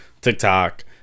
TikTok